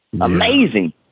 amazing